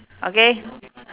okay